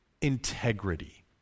integrity